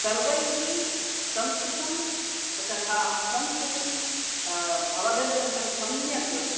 सर्वैः संस्कृतम् त तथा संस्कृतिम् अवगन्तव्यं सम्यक्